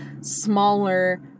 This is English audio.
smaller